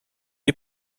est